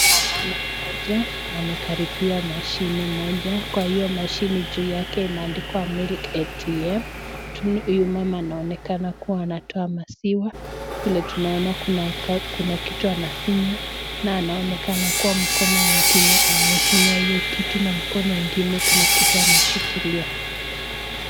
Kuna mama moja amekaribia mashine moja kwa hiyo mashine juu yake imeandikwa milk ATM huyu mama anaonekana kuwa anatoa maziwa vile tunaona Kuna vitu anafinya na anaonekana mkono ingine imefinya hiyo kitu na mkono ingine Kuna kitu ameshikilia.